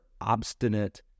obstinate